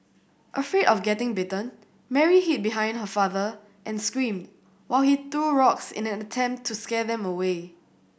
afraid of getting bitten Mary hid behind her father and screamed while he threw rocks in an attempt to scare them away